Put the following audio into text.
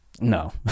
no